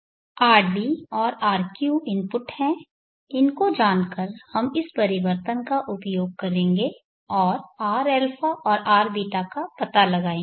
rd और rq input है इनको जानकर हम इस परिवर्तन का उपयोग करेंगे और rα और rβका पता लगाएंगे